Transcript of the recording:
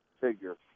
figure